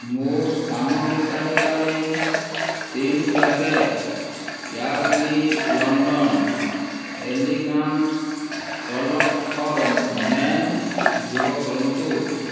ମୋ ସାମଗ୍ରୀ ତାଲିକାରେ ତିନ୍ packet Yardley London elegance talc for men ଯୋଗ କରନ୍ତୁ